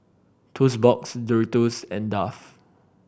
Toast Box Doritos and Dove